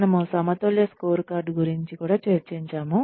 మనము సమతుల్య స్కోర్కార్డ్ గురించి చర్చించాము